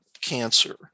cancer